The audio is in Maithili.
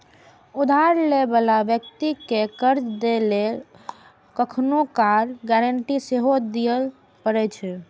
उधार लै बला व्यक्ति कें कर्ज दै लेल कखनहुं काल गारंटी सेहो दियै पड़ै छै